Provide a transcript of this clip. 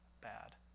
bad